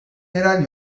yerel